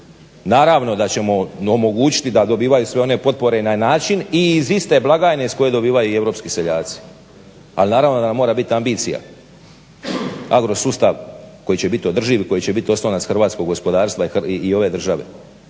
Naravno da ćemo omogućiti da dobivaju sve one potpore na način i iz iste blagajne iz koje dobivaju i europski seljaci. Ali naravno da nam mora biti ambicija agro-sustav koji će biti održiv i koji će biti oslonac hrvatskog gospodarstva i ove države,